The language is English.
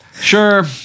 Sure